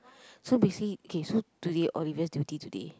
so basically okay so today Olivia's duty today